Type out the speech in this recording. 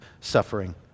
suffering